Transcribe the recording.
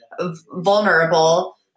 vulnerable